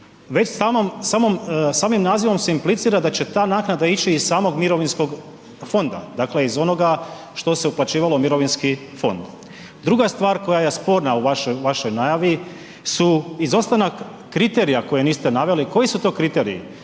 samim nazivom se implicira da će ta naknada ići iz samog mirovinskog fonda, dakle iz onoga što se uplaćivalo u mirovinski fond. Druga stvar koja je sporna u vašoj najavi su izostanak kriterija koje niste naveli. Koji su to kriteriji